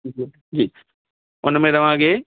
जी जी हुनमें तव्हांखे